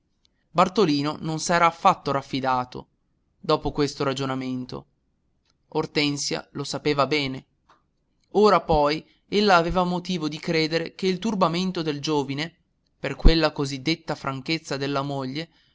bartolino non s'era affatto raffidato dopo questo ragionamento ortensia lo sapeva bene ora poi ella aveva motivo di credere che il turbamento del giovine per quella così detta franchezza della moglie